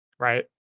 right